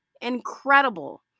Incredible